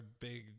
Big